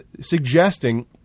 suggesting